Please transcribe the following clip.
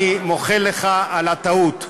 אני מוחל לך על הטעות.